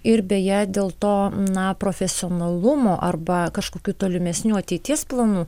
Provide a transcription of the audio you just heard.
ir beje dėl to na profesionalumo arba kažkokių tolimesnių ateities planų